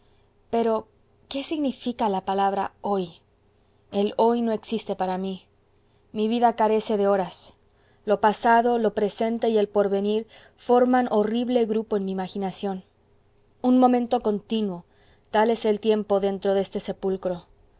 pero qué significa la palabra hoy el hoy no existe para mí mi vida carece de horas lo pasado lo presente y el porvenir forman horrible grupo en mi imaginación un momento continuo tal es el tiempo dentro de este sepulcro